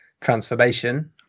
transformation